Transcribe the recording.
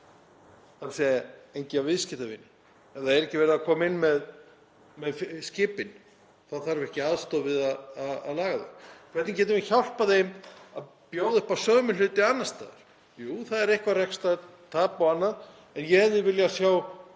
þ.e. enga viðskiptavini? Ef það er ekki verið að koma inn með skipin þá þarf ekki aðstoð við að laga þau. Hvernig getum við hjálpað þeim að bjóða upp á sömu hluti annars staðar? Jú, það er eitthvert rekstrartap og annað en ég hefði viljað sjá